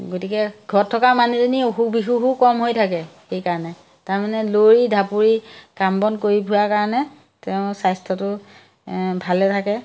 গতিকে ঘৰত থকা মানুহজনী অসুখ বিসুখো কম হৈ থাকে সেইকাৰণে তাৰমানে লৰি ঢাপৰি কাম বন কৰি ফুৰা কাৰণে তেওঁ স্বাস্থ্যটো ভালে থাকে